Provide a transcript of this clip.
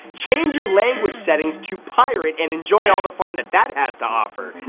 change your language settings to pirate, and enjoy all the fun that that has to offer,